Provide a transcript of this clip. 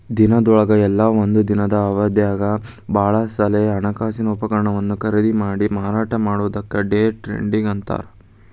ದಿನದೊಳಗ ಇಲ್ಲಾ ಒಂದ ದಿನದ್ ಅವಧ್ಯಾಗ್ ಭಾಳ ಸಲೆ ಹಣಕಾಸಿನ ಉಪಕರಣವನ್ನ ಖರೇದಿಮಾಡಿ ಮಾರಾಟ ಮಾಡೊದಕ್ಕ ಡೆ ಟ್ರೇಡಿಂಗ್ ಅಂತಾರ್